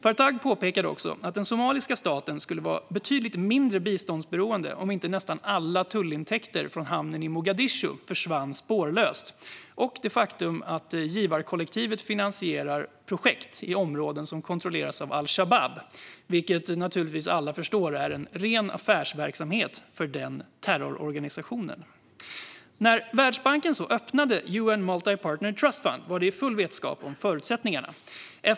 Faartag påpekade också att den somaliska staten skulle vara betydligt mindre biståndsberoende om inte nästan alla tullintäkter från hamnen i Mogadishu försvann spårlöst och om inte givarländer finansierade projekt i områden som kontrolleras av al-Shabab, vilket naturligtvis, som alla förstår, är en ren affärsverksamhet för terrororganisationen. När Världsbanken öppnade UN Multi-Partner Trust Fund var det i full vetskap om förutsättningarna.